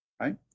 right